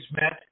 met